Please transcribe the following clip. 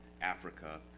Africa